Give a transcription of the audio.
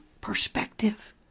perspective